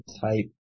type